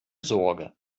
sorge